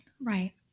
Right